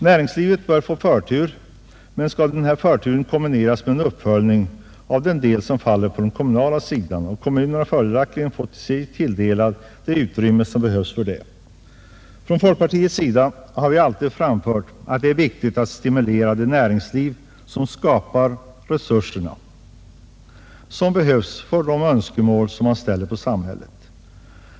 Näringslivet bör få förtur, men skall denna förtur kombineras med en uppföljning av den investeringsdel som faller på den kommunala sidan, bör kommunerna få sig tilldelat det utrymme som behövs. Från folkpartiets sida har vi alltid framhållit att det är viktigt att stimulera det näringsliv som skapar resurserna för att tillgodose de krav som man ställer på samhället.